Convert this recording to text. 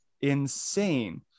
insane